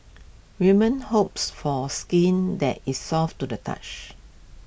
women hopes for skin that is soft to the touch